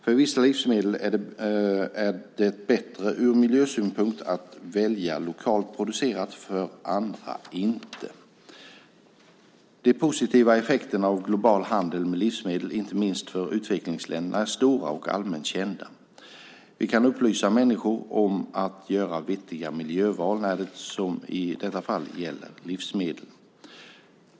För vissa livsmedel är det bättre ur miljösynpunkt att välja lokalt producerat, för andra inte. De positiva effekterna av global handel med livsmedel, inte minst för utvecklingsländerna, är stora och allmänt kända. Vi kan upplysa människor om att göra vettiga miljöval när det, som i detta fall, gäller livsmedel.